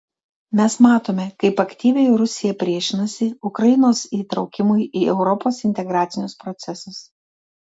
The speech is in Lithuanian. mes matome kaip aktyviai rusija priešinasi ukrainos įtraukimui į europos integracinius procesus